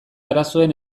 arazoen